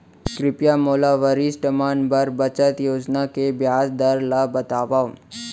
कृपया मोला वरिष्ठ मन बर बचत योजना के ब्याज दर ला बतावव